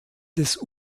des